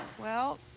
well,